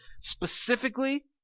specifically